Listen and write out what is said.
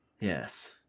Yes